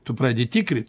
tu pradedi tikrint